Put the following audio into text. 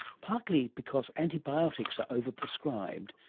partly because antibiotics are over-prescribed,